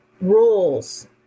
rules